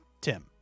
Tim